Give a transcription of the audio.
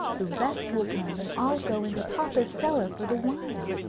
the rest will come and all go into papa's cellar for the wine.